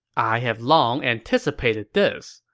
i have long anticipated this.